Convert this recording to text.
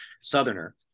southerner